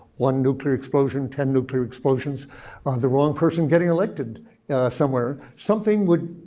one nuclear explosion, ten nuclear explosions the wrong person getting elected somewhere, something would,